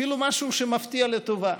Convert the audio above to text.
אפילו משהו שמפתיע לטובה: